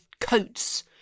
coats